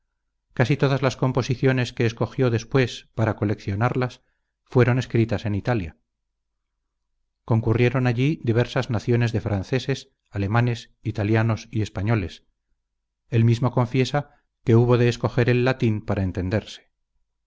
casi todas las composiciones que escogió después para coleccionarlas fueron escritas en italia concurrieron allí diversas naciones de franceses alemanes italianos y españoles él mismo confiesa que hubo de escoger el latín para entenderse